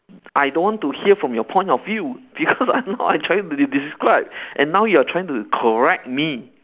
I don't want to hear from your point of view because I know what I'm trying to describe and now you are trying to correct me